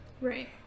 right